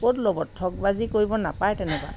ক'ত ল'ব ঠজ বাজি কৰিব নাপায় তেনেকুৱা